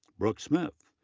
brooke smith,